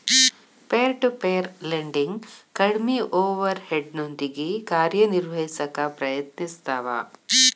peer to peer lending ಕಡ್ಮಿ over ಹೆಡ್ನೊಂದಿಗಿ ಕಾರ್ಯನಿರ್ವಹಿಸಕ ಪ್ರಯತ್ನಿಸ್ತವ